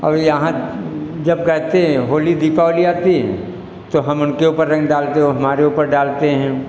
और यहाँ जब कहते होली दीपावली आती तो हम उनके ऊपर रंग डालते वो हमारे ऊपर डालते हैं